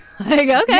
okay